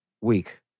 week